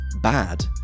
bad